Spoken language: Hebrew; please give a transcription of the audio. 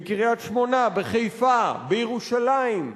בקריית-שמונה, בחיפה, בירושלים,